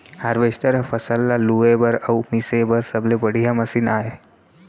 harvester ह फसल ल लूए बर अउ मिसे बर सबले बड़िहा मसीन आय